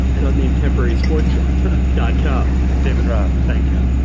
it named temporary sports dot com. david roth, thank you.